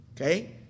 Okay